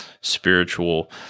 spiritual